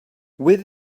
with